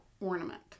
ornament